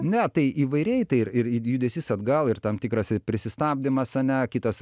ne tai įvairiai tai ir ir judesys atgal ir tam tikras ir pristabdymas ane kitas